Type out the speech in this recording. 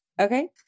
Okay